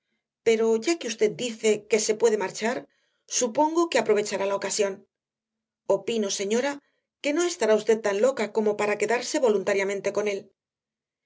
pero ya que usted dice que se puede marchar supongo que aprovechará la ocasión opino señora que no estará usted tan loca como para quedarse voluntariamente con él